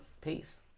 Peace